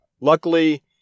Luckily